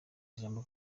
ijambo